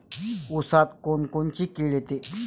ऊसात कोनकोनची किड येते?